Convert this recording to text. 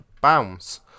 bounce